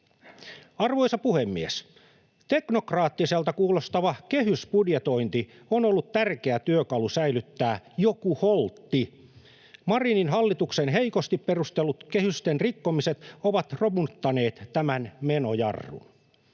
Arvoisa puhemies! Teknokraattiselta kuulostava kehysbudjetointi on ollut tärkeä työkalu säilyttää joku holtti. Marinin hallituksen heikosti perustellut kehysten rikkomiset ovat romuttaneet tämän menojarrun.